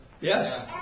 Yes